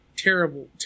Terrible